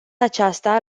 aceasta